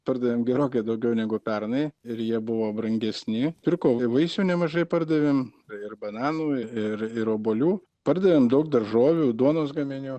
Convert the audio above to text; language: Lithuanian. pardavėm gerokai daugiau negu pernai ir ir jie buvo brangesni pirko ir vaisių nemažai pardavėm ir bananų ir ir obuolių pardavėm daug daržovių duonos gaminių